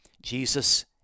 Jesus